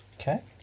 Okay